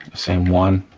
same one.